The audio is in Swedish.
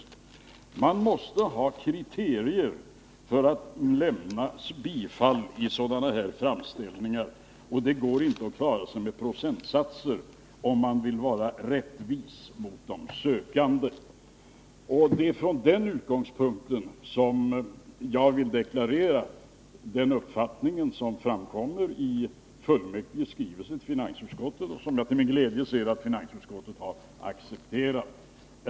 Man måste ha kriterier för att lämna bifall till sådana här framställningar, och det går inte att klara sig med procentsatser, om man vill vara rättvis mot de sökande. Det är från den utgångspunkten jag vill deklarera den uppfattning som framkommer i fullmäktiges skrivelse till finansutskottet och som jag till min glädje ser att finansutskottet har accepterat.